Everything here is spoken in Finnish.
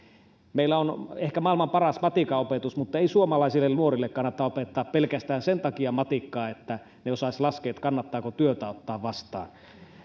meillä on ehkä maailman paras matikan opetus mutta ei suomalaisille nuorille kannata opettaa matikkaa pelkästään sen takia että he osaisivat laskea kannattaako työtä ottaa vastaan